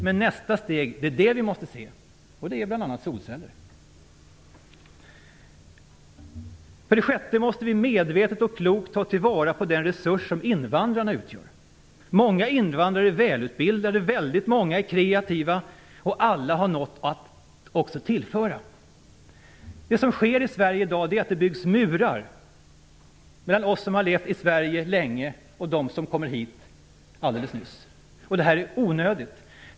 Men vi måste se till nästa steg, och det gäller bl.a. solceller. För det sjätte måste vi medvetet och klokt ta till vara den resurs som invandrarna utgör. Många invandrare är välutbildade. Väldigt många är kreativa, och alla har något att tillföra. Det som sker i Sverige i dag är att det byggs murar mellan oss som har levt i Sverige länge och dem som har kommit hit alldeles nyss. Det är onödigt.